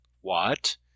What